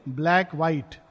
black-white